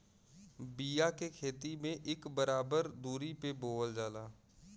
बिया के खेती में इक बराबर दुरी पे बोवल जाला